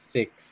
Six